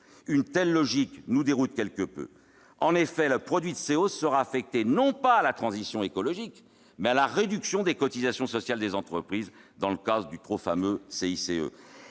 Une telle logique nous déroute quelque peu. « En effet, le produit de cette hausse sera affecté non pas à la transition écologique, mais à la réduction des cotisations sociales des entreprises dans le cadre du trop fameux CICE.